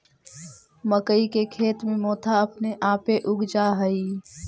मक्कइ के खेत में मोथा अपने आपे उग जा हई